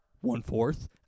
one-fourth